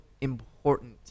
important